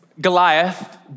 Goliath